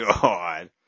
God